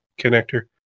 connector